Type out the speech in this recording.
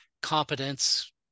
competence